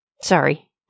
Sorry